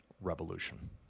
Revolution